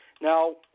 Now